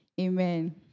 Amen